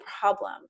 problem